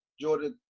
Jordan